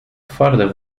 twarde